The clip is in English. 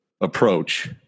approach